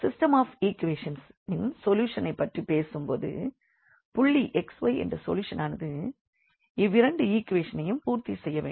system of equations ன் சொல்யூஷனைப் பற்றி பேசும்போது புள்ளி xy என்ற சொல்யூஷன் ஆனது இவ்விரண்டு ஈக்வேஷனையும் பூர்த்தி செய்ய வேண்டும்